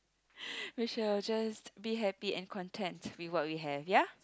which I will just be happy and content with what we have ya